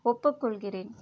ஒப்புக்கொள்கிறேன்